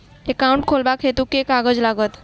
Account खोलाबक हेतु केँ कागज लागत?